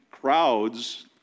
crowds